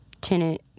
tenant